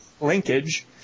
linkage